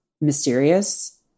mysterious